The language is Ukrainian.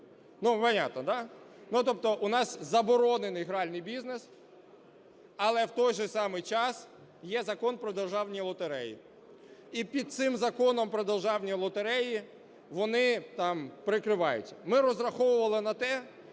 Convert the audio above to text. Зрозуміло. Тобто у нас заборонений гральний бізнес, але, в той же самий час, є Закон про державні лотереї, і цим Законом про державні лотереї вони там прикриваються. Ми розраховували на те,